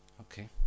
Okay